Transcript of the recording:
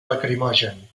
lacrimogen